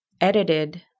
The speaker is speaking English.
edited